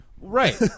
right